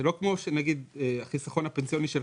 זה לא כמו בחיסכון הפנסיוני ,